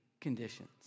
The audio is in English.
conditions